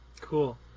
Cool